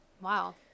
Wow